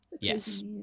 Yes